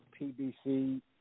PBC